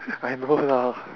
I know lah